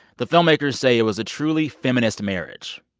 the filmmakers say it was a truly feminist marriage.